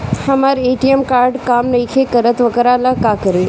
हमर ATM card काम नईखे करत वोकरा ला का करी?